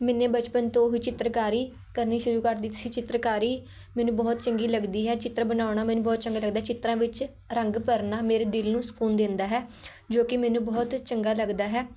ਮੈਨੇ ਬਚਪਨ ਤੋਂ ਹੀ ਚਿੱਤਰਕਾਰੀ ਕਰਨੀ ਸ਼ੁਰੂ ਕਰ ਦਿੱਤੀ ਸੀ ਚਿੱਤਰਕਾਰੀ ਮੈਨੂੰ ਬਹੁਤ ਚੰਗੀ ਲੱਗਦੀ ਹੈ ਚਿੱਤਰ ਬਣਾਉਣਾ ਮੈਨੂੰ ਬਹੁਤ ਚੰਗਾ ਲੱਗਦਾ ਚਿੱਤਰਾਂ ਵਿੱਚ ਰੰਗ ਭਰਨਾ ਮੇਰੇ ਦਿਲ ਨੂੰ ਸਕੂਨ ਦਿੰਦਾ ਹੈ ਜੋ ਕਿ ਮੈਨੂੰ ਬਹੁਤ ਚੰਗਾ ਲੱਗਦਾ ਹੈ